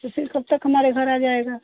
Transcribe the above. तो फिर कब तक हमारे घर आ जाएगा